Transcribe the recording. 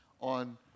on